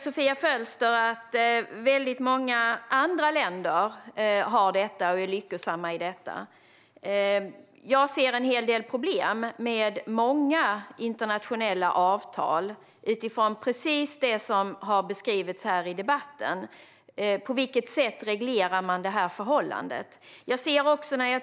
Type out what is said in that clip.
Sofia Fölster säger att många andra länder har detta och är lyckosamma i det. Jag ser en hel del problem med många internationella avtal utifrån precis det som har beskrivits i denna debatt: På vilket sätt reglerar man detta förhållande?